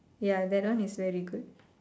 ya that one was is very good